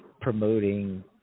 promoting